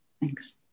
Thanks